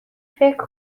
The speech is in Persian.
فکر